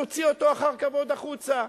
נוציא אותו אחר כבוד החוצה.